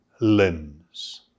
limbs